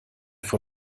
vor